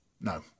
no